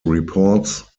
reports